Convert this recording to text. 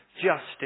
justice